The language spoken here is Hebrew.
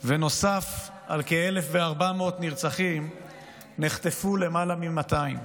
ונוסף על כ-1,400 נרצחים נחטפו למעלה מ-200.